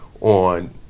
on